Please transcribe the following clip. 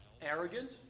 arrogant